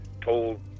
told